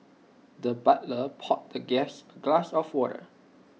the butler poured the guest A glass of water